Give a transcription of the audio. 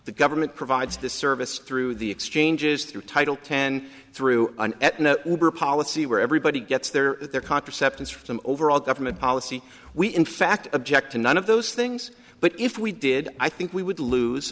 the government provides this service through the exchanges through title ten through policy where everybody gets their their contraceptives from overall government policy we in fact object to none of those things but if we did i think we would lose